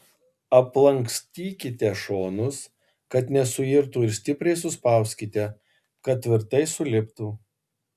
aplankstykite šonus kad nesuirtų ir stipriai suspauskite kad tvirtai suliptų